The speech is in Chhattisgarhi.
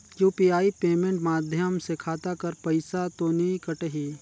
यू.पी.आई पेमेंट माध्यम से खाता कर पइसा तो नी कटही?